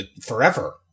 Forever